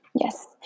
Yes